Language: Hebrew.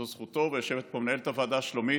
זו זכותו, ויושבת פה מנהלת הוועדה, שלומית.